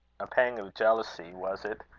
a pang of jealousy, was it?